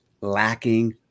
lacking